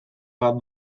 bat